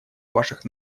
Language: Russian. ваших